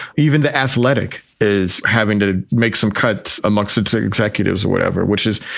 even the athletic is having to make some cuts amongst its executives or whatever, which is,